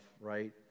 right